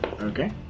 Okay